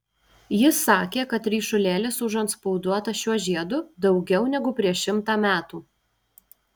jis sakė kad ryšulėlis užantspauduotas šiuo žiedu daugiau negu prieš šimtą metų